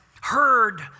heard